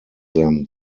them